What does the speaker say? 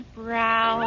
brow